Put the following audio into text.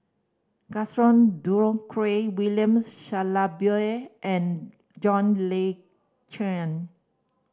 Gaston Dutronquoy Williams Shellabear and John Le